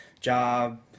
job